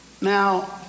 Now